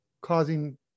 causing